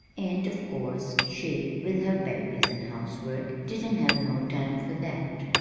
and of course she, with her babies and housework, didn't have no time for that.